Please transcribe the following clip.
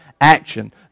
action